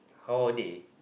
how are they